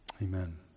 Amen